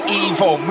evil